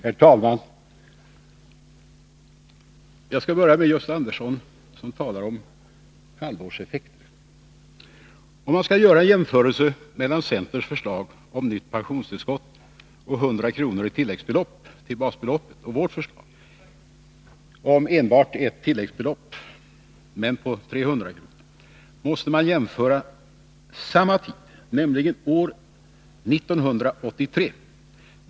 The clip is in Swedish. Herr talman! Jag skall börja med Gösta Andersson, som talar om halvårseffekter. Om man skall göra jämförelser mellan å ena sidan centerns förslag om nytt pensionstillskott och 100 kr. i tilläggsbelopp till basbeloppet och å andra sidan vårt förslag om enbart ett tilläggsbelopp men på 300 kr., måste man jämföra samma tid, nämligen år 1983.